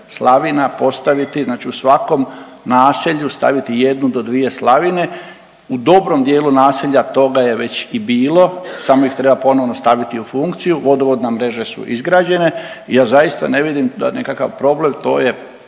slavina postaviti, znači u svakom naselju staviti jednu do dvije slavine, u dobrom dijelu naselja toga je već i bilo samo ih treba ponovno staviti u funkciju, vodovodne mreže su izgrađene, ja zaista ne vidim nekakav problem to je